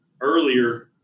earlier